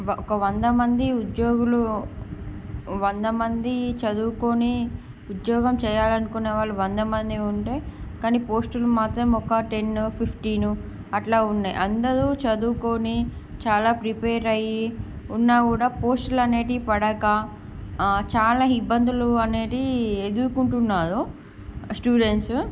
ఒక వందమంది ఉద్యోగులు వందమంది చదువుకొని ఉద్యోగం చేయాలనుకునే వాళ్ళు వందమంది ఉంటే కానీ పోస్టులు మాత్రం ఒక టెన్ ఫిఫ్టీన్ అట్లా ఉన్నాయి అందరూ చదువుకొని చాలా ప్రిపేర్ అయ్యి ఉన్నా కూడా పోస్టులు అనేటివి పడక చాలా ఇబ్బందులు అనేవి ఎదుర్కొంటున్నారు స్టూడెంట్స్